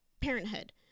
parenthood